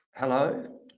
Hello